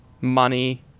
money